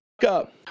up